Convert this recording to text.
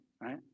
right